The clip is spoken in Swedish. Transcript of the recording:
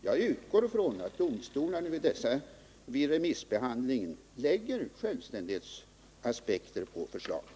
Jag utgår ifrån att domstolarna vid remissbehandlingen lägger självständighetsaspekter på förslaget.